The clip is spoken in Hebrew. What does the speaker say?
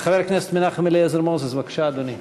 חבר הכנסת אליעזר מוזס, בבקשה, אדוני.